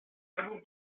álbum